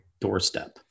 doorstep